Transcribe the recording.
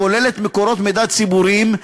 הכוללת מקורות מידע ציבוריים,